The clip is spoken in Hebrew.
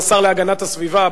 השר להגנת הסביבה,